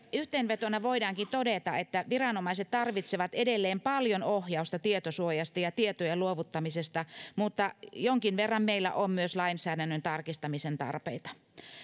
yhteenvetona voidaankin todeta että viranomaiset tarvitsevat edelleen paljon ohjausta tietosuojasta ja tietojen luovuttamisesta mutta jonkin verran meillä on myös lainsäädännön tarkistamisen tarpeita